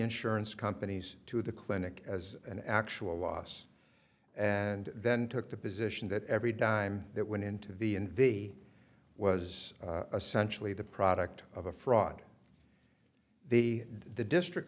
insurance companies to the clinic as an actual loss and then took the position that every dime that went into the envy was essentially the product of a fraud the the district